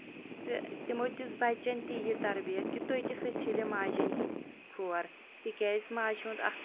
تہٕ تِمو دِژ بَچن تہِ یہِ تربِیت کہِ تُہۍ تہِ ہسا چھٔلیو ماجٮ۪ن ہٕنٛدۍ کھور تِکیٛازِ ماجہِ ہُنٛد اکھ